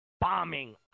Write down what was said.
bombing